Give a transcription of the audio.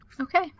okay